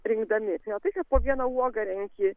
rinkdami ne tai ką po vieną uogą renki